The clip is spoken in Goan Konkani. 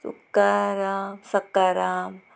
तुकाराम सकाराम